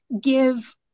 give